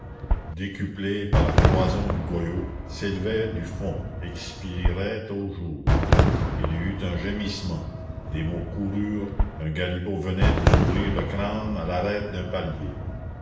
décuplé par la cloison du goyot s'élevait du fond expirait au jour il y eut un gémissement des mots coururent un galibot venait de s'ouvrir le crâne à l'arête d'un palier